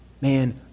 man